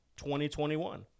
2021